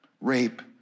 rape